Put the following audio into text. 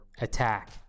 attack